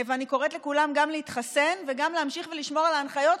ואני קוראת לכולם גם להתחסן וגם להמשיך ולשמור על ההנחיות,